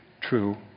true